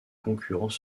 concurrents